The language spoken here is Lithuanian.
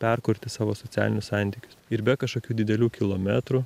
perkurti savo socialinius santykius ir be kažkokių didelių kilometrų